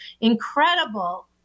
incredible